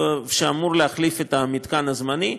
שאמור להחליף את המתקן הזמני.